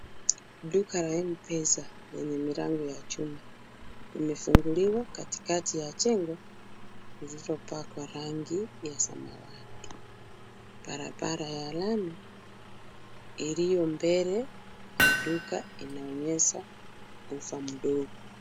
Duka la M-Pesa lenye milango ya chuma, limefunguliwa katikati ya jengo lililopakwa rangi ya samawati. Barabara ya lami iliyo mbele ya duka inaonyesha ufa mdogo.